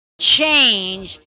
change